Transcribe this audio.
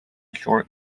short